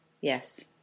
yes